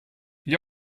gli